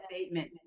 statement